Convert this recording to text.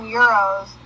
euros